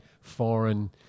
foreign